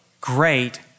great